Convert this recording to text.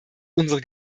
unsere